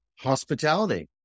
hospitality